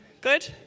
Good